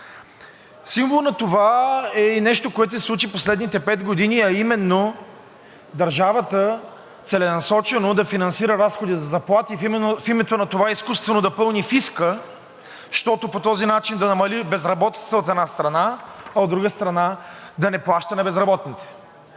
Сигурно това е и нещо, което се случи в последните пет години, а именно държавата целенасочено да финансира разходи за заплати в името на това изкуствено да пълни фиска, щото по този начин да намали безработицата, от една страна, а от друга страна, да не плаща на безработните.